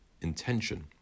intention